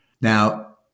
Now